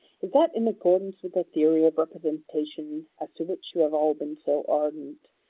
is that in accordance with the theory of representation as to which you have all been so ardent,